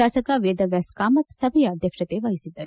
ಶಾಸಕ ವೇದವ್ಯಾಸ ಕಾಮತ್ ಸಭೆಯ ಅಧ್ಯಕ್ಷತೆ ವಹಿಸಿದ್ದರು